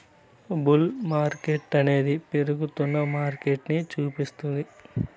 bull మార్కెట్టనేది పెరుగుతున్న మార్కెటని సూపిస్తుంది